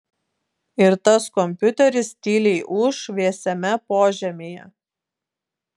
ir tas kompiuteris tyliai ūš vėsiame požemyje